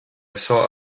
saw